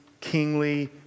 kingly